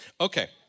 Okay